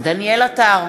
דניאל עטר,